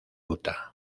utah